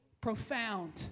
profound